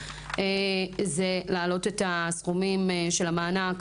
הוא להעלות את הסכומים של המענק.